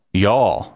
Y'all